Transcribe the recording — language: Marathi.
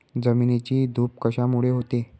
जमिनीची धूप कशामुळे होते?